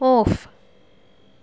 off